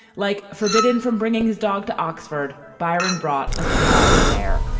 like forbidden from bringing his dog to oxford. byron brought a small bear.